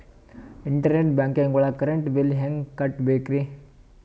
Internet banking ಒಳಗ್ current bill ಹೆಂಗ್ ಕಟ್ಟ್ ಬೇಕ್ರಿ?